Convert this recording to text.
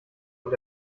und